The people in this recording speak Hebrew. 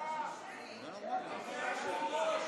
היושב-ראש.